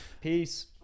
Peace